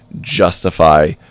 justify